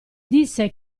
disse